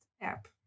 app